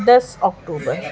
دس اکٹوبر